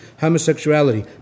Homosexuality